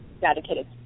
dedicated